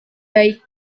baik